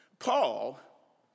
Paul